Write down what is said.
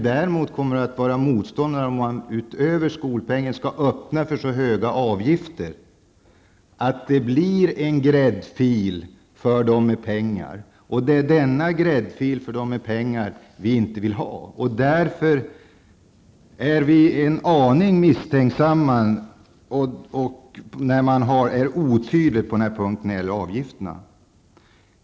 Däremot kommer vi att vara motståndare till att man utöver skolpengen skall öppna för så höga avgifter att det blir en gräddfil för dem med pengar. Det är denna gräddfil vi inte vill ha. Därför är vi en aning misstänksamma när man är otydlig i fråga om avgifterna.